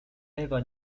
ewa